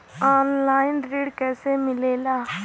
Online ऋण कैसे मिले ला?